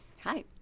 Hi